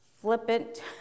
Flippant